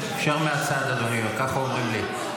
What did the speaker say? אפשר מהצד, אדוני, ככה אומרים לי.